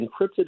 encrypted